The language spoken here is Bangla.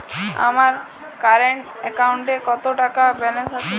আমার কারেন্ট অ্যাকাউন্টে কত টাকা ব্যালেন্স আছে?